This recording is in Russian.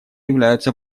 являются